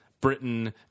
Britain